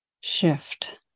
shift